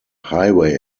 highway